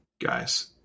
guys